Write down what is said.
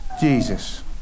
Jesus